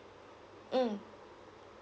mm